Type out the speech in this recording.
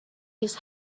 his